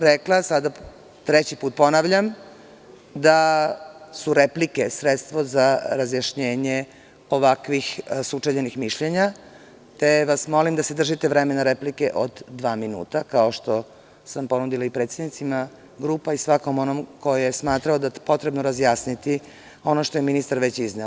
Rekla sam i sada treći put ponavljam da su replike sredstvo za razjašnjenje ovakvih sučeljenih mišljenja, te vas molim da se držite vremena replike od dva minuta kao što sam ponudila i predsednicima grupa i svakom onom ko je smatrao da je potrebno razjasniti ono što je ministar već izneo.